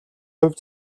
хувь